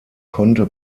konnte